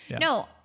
No